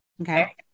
Okay